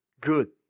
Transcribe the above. Good